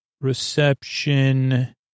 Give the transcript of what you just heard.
Reception